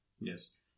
Yes